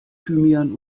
thymian